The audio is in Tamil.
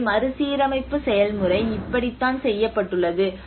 எனவே மறுசீரமைப்பு செயல்முறை இப்படித்தான் செய்யப்பட்டுள்ளது